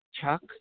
Chuck